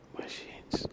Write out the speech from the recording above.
machines